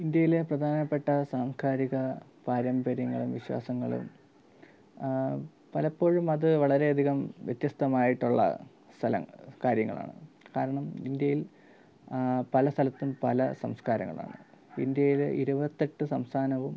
ഇന്ത്യയിലെ പ്രധാനപ്പെട്ട സാംസ്കാരിക പാരമ്പര്യങ്ങളും വിശ്വാസങ്ങളും പലപ്പോഴും അത് വളരെയധികം വ്യത്യസ്തമായിട്ട് ഉള്ള സ്ഥല കാര്യങ്ങളാണ് കാരണം ഇന്ത്യയിൽ പല സ്ഥലത്തും പല സംസ്കാരങ്ങളാണ് ഇന്ത്യയിലെ ഇരുപത്തെട്ടു സംസ്ഥാനവും